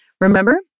Remember